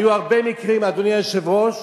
היו הרבה מקרים, אדוני היושב-ראש,